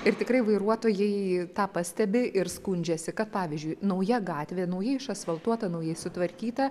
ir tikrai vairuotojai tą pastebi ir skundžiasi kad pavyzdžiui nauja gatvė naujai išasfaltuota naujai sutvarkyta